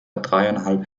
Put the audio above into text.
dreieinhalb